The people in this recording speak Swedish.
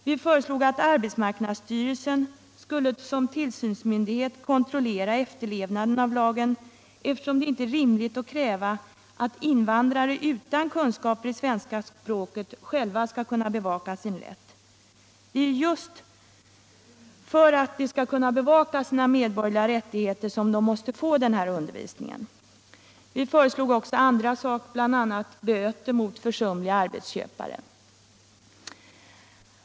Vi föreslog att arbetsmarknadsstyrelsen skulle som tillsynsmyndighet kontrollera efterlevnaden av lagen, eftersom det inte är rimligt att kräva att invandrare utan kunskaper i svenska språket själva skall kunna bevaka sin rätt. Det är ju just för att de skall kunna bevaka sina medborgerliga rättigheter som de måste få denna undervisning. Vi hade också andra förslag, bl.a. böter för försumliga arbetsköpare.